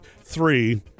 three